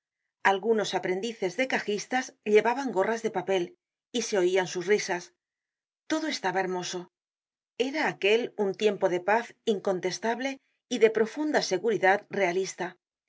algunos aprendices de cajistas llevaban gorras de papel y se oian sus risas todo estaba hermoso era aquel un tiempo de paz incontestable y de profunda seguridad realista